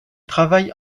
travaille